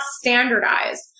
standardized